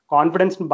Confidence